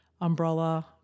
umbrella